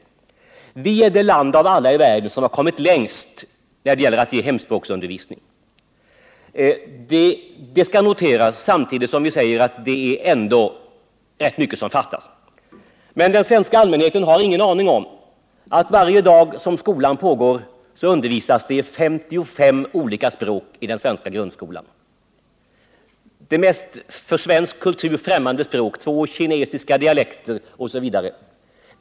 Sverige är det land av alla i världen som har kommit längst när det gäller att ge hemspråksundervisning — det skall noteras samtidigt som vi säger att det är ändå rätt mycket som fattas. Den svenska allmänheten har ingen aning om att varje dag som skolan pågår undervisas det i 55 olika språk i den svenska grundskolan, däribland de för svensk kultur mest främmande språk — två kinesiska dialekter, osv.